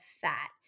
fat